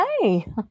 Hey